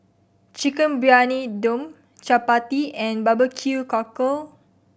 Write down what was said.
Chicken Briyani Dum chappati and barbecue cockle